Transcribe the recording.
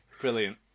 Brilliant